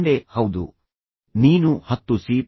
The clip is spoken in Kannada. ತಂದೆಃ ಹೌದು ನೀನು ಹತ್ತು ಸಿ